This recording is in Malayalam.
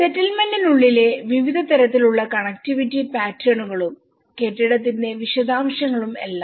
സെറ്റിൽമെന്റിനുള്ളിലെ വിവിധ തരത്തിലുള്ള കണക്റ്റിവിറ്റി പാറ്റേണുകളും കെട്ടിടത്തിന്റെ വിശദാംശങ്ങളും എല്ലാം